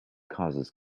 causes